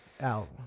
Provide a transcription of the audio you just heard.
out